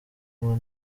kumwe